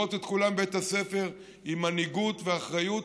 לראות את כולם בבית הספר עם מנהיגות ואחריות,